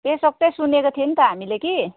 पेसोक चाहिँ सुनेको थियौँ नि त हामीले कि